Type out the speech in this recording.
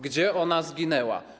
Gdzie ona zginęła?